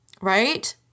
right